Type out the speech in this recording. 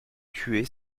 tuer